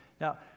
now